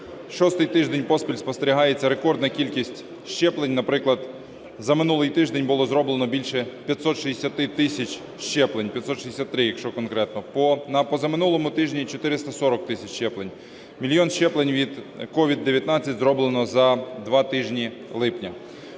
Шостий тиждень поспіль спостерігається рекордна кількість щеплень. Наприклад, за минулий тиждень було зроблено більше 560 тисяч щеплень, 563, якщо конкретно. На позаминулому тижні – 440 тисяч щеплень. Мільйон щеплень від СOVID-19 зроблено за два тижні липня.